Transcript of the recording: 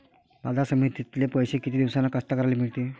बाजार समितीतले पैशे किती दिवसानं कास्तकाराइले मिळते?